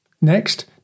Next